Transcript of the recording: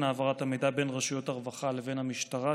העברת המידע בין רשויות הרווחה לבין המשטרה,